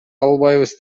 албайбыз